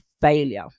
failure